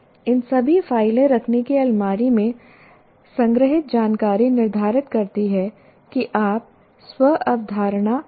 इन सभी फाइलें रखने की अलमारी में संग्रहीत जानकारी निर्धारित करती है कि आप स्व अवधारणा को क्या कहते हैं